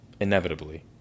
inevitably